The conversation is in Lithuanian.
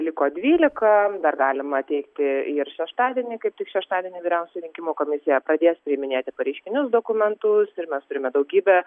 liko dvylika dar galima teikti ir šeštadienį kaip tik šeštadienį vyriausia rinkimų komisija pradės priiminėti pareiškinius dokumentus ir mes turime daugybę